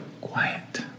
quiet